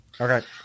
Okay